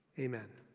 amen.